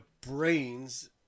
brains